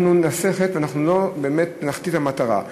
אנחנו נעשה חטא, ונחטיא את המטרה.